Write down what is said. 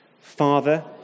Father